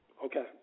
Okay